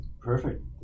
perfect